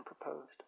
proposed